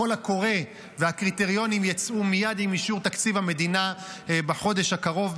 הקול הקורא והקריטריונים יצאו מייד עם אישור תקציב המדינה בחודש הקרוב,